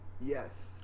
Yes